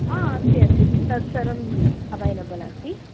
अस्ति अस्ति तत् सर्वम् अवैलबल् अस्ति